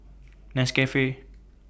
Nescafe